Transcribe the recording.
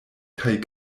kaj